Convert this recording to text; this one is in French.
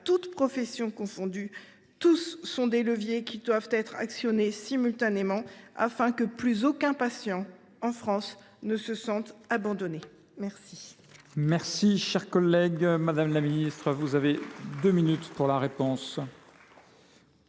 toutes professions confondues, sont autant de leviers qui doivent être actionnés simultanément, afin que plus aucun patient, en France, ne se sente abandonné. La